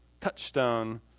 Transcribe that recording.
touchstone